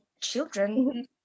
children